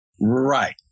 right